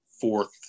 fourth